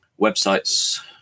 websites